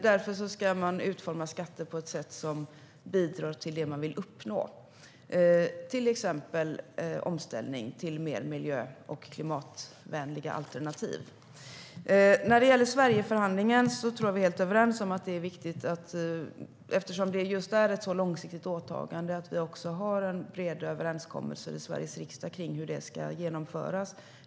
Därför ska man utforma skatter på ett sätt som bidrar till det som man vill uppnå, till exempel omställning till mer miljö och klimatvänliga alternativ. Sverigeförhandlingen handlar om långsiktigt åtagande, det tror jag att vi är överens om. Därför är det viktigt att vi har en bred överenskommelse i Sveriges riksdag om hur det ska genomföras.